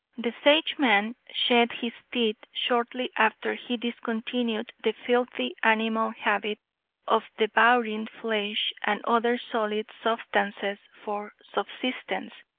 the sageman shed his teeth shortly after he discontinued the filthy animal habit of devouring flesh and other solid substances for subsistence,